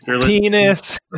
Penis